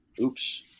Oops